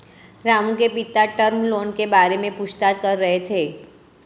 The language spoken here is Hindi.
रामू के पिता टर्म लोन के बारे में पूछताछ कर रहे थे